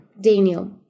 Daniel